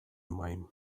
mime